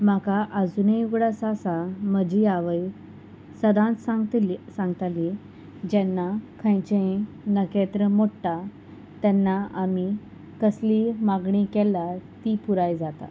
म्हाका आजुनूय उगडास आसा म्हजी आवय सदांच सांगतली सांगताली जेन्ना खंयचेंय नखेत्र मोडटा तेन्ना आमी कसलीय मागणी केल्या ती पुराय जाता